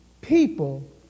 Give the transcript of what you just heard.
people